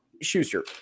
Schuster